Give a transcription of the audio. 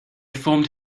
formed